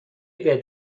بهت